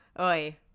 Oi